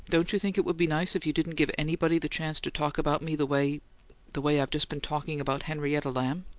don't you think it would be nice if you didn't give anybody the chance to talk about me the way the way i've just been talking about henrietta lamb?